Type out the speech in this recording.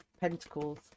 Pentacles